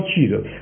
Jesus